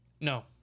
No